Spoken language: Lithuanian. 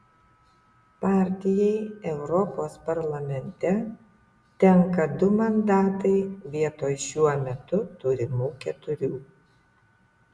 partijai europos parlamente tenka du mandatai vietoj šiuo metu turimų keturių